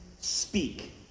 speak